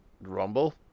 Rumble